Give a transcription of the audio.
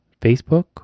Facebook